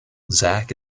zak